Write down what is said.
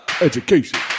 Education